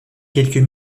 quelques